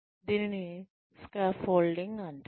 దీనిని స్కాఫోల్డింగ్ అంటారు